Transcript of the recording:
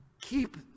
keep